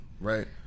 Right